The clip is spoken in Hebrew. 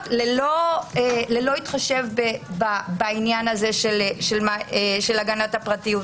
ללא התחשב בעניין של הגנת הפרטיות.